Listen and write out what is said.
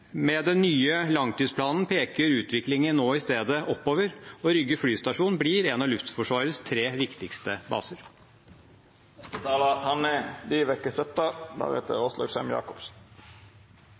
Med den nye langtidsplanen peker utviklingen nå i stedet oppover, og Rygge flystasjon blir en av Luftforsvarets tre viktigste baser.